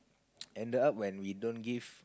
ended up when we don't give